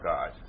God